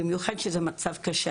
במיוחד כשמדובר במצב קשה.